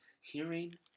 hearing